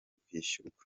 kwishyurwa